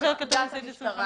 צריך להיות כתוב בסעיף קטן (א).